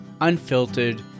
unfiltered